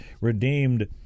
Redeemed